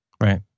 Right